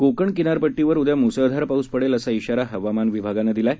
कोकण किनारपट्टीवर उदया म्सळधार पाऊस पडेल अशा इशारा हवामान विभागानं दिलाय